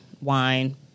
wine